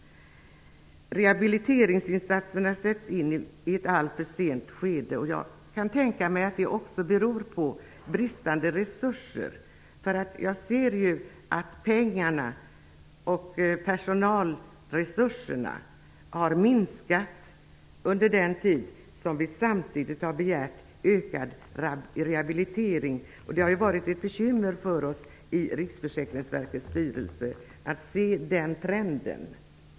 Rehabiliteringsinsatserna sätts in i ett alltför skede. Jag kan tänka mig att det beror på bristande resurser. Jag ser att pengarna och personalresurserna har minskat under den tid som vi begärt ökad rehabilitering. Det har varit ett bekymmer för oss i Riksförsäkringsverkets styrelse när vi sett den trenden.